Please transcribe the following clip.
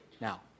Now